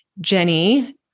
Jenny